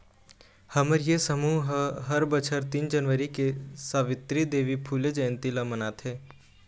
हमर ये समूह ह हर बछर तीन जनवरी के सवित्री देवी फूले जंयती ल मनाथे